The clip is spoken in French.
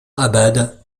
abad